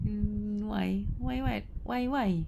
mm why why what why why